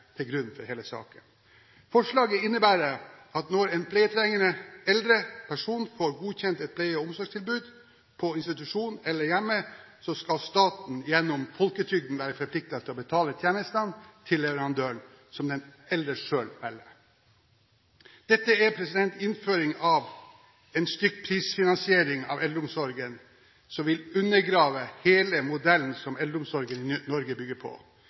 til grunn for hele saken. Forslaget innebærer at når en pleietrengende eldre person får godkjent et pleie- og omsorgstilbud på institusjon eller hjemme, skal staten gjennom folketrygden være forpliktet til å betale tjenesten til leverandøren, som den eldre selv velger. Dette er innføring av en stykkprisfinansiering av eldreomsorgen som vil undergrave hele modellen som eldreomsorgen i Norge bygger på.